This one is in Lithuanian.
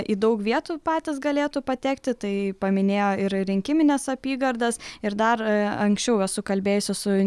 į daug vietų patys galėtų patekti tai paminėjo ir rinkimines apygardas ir dar anksčiau esu kalbėjusi su